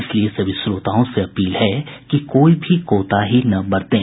इसलिए सभी श्रोताओं से अपील है कि कोई भी कोताही न बरतें